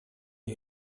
der